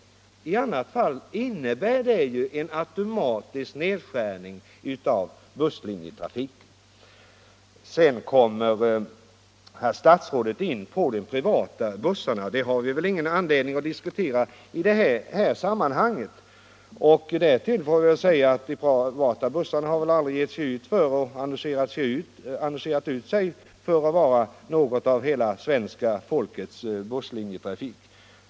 I annat fall blir det ju automatiskt en nedskärning av busslinjetrafiken. Vidare kommer här statsrådet in på de privata bussföretagen. Dessa har vi väl ingen anledning att diskutera i det här sammanhanget. Därtill får vi väl konstatera att de privata busslinjeföretagen aldrig annonserat att de skulle på något sätt vara ansvariga för hela svenska folkets busslinjetrafik.